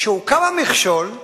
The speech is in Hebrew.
כשהוקם המכשול,